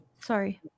sorry